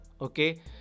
okay